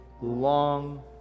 long